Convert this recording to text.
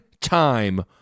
time